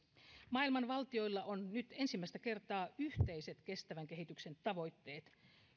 maailman valtioilla on nyt ensimmäistä kertaa yhteiset kestävän kehityksen tavoitteet